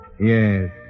Yes